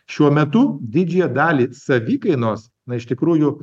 šiuo metu didžiąją dalį savikainos na iš tikrųjų